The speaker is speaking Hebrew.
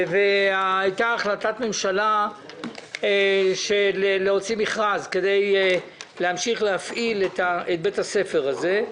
הייתה החלטת ממשלה להוציא מכרז כדי להמשיך להפעיל את בית הספר הזה.